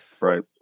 right